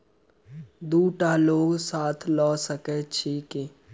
दु टा लोन साथ लऽ सकैत छी की?